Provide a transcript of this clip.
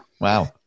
Wow